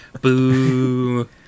Boo